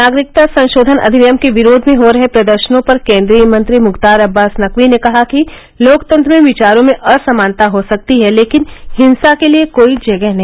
नागरिकता संशोधन अधिनियम के विरोध में हो रहे प्रदर्शनों पर केंद्रीय मंत्री मुख्तार अब्बास नकवी ने कहा कि लोकतंत्र में विचारों में असमानता हो सकती है लेकिन हिंसा के लिए कोई जगह नहीं